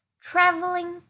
traveling